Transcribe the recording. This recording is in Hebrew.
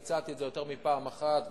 והצעתי את זה יותר מפעם אחת,